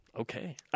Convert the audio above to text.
Okay